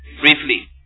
briefly